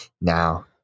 now